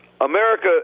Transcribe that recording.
America